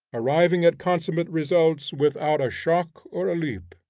arriving at consummate results without a shock or a leap.